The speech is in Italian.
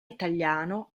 italiano